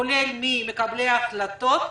כולל ממקבלי ההחלטות,